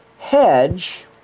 hedge